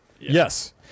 Yes